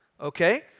okay